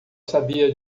sabia